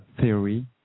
theory